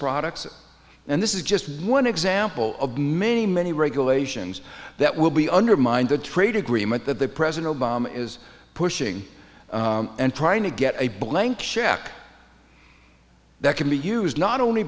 products and this is just one example of many many regulations that will be undermined the trade agreement that the president obama is pushing and trying to get a blank check that can be used not only